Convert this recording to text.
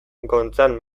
gontzal